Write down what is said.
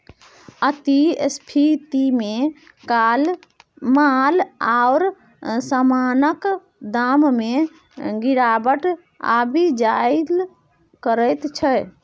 अति स्फीतीमे माल आओर समानक दाममे गिरावट आबि जाएल करैत छै